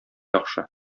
яхшы